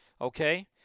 Okay